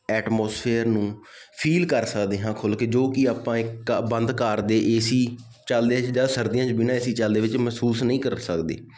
atmosphere ਨੂੰ feel ਕਰ ਸਕਦੇ ਹਾਂ ਖੁੱਲ੍ਹ ਕੇ ਜੋ ਕਿ ਆਪਾਂ ਇੱਕ ਬੰਦ ਕਾਰ ਦੇ ਏ ਸੀ ਚੱਲਦੇ 'ਚ ਜਾਂ ਸਰਦੀਆਂ 'ਚ ਬਿਨਾ ਏ ਸੀ ਚੱਲਦੇ ਵਿੱਚ ਮਹਿਸੂਸ ਨਹੀਂ ਕਰ ਸਕਦੇ